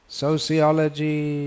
sociology